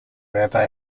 rabbi